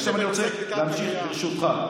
עכשיו, אני רוצה להמשיך, ברשותך.